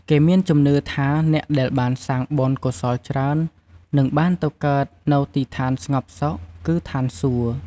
គេមានជំនឿថាអ្នកដែលបានសាងបុណ្យកុសលច្រើន នឹងបានទៅកើតនៅទីឋានស្ងប់សុខ គឺឋានសួគ៍។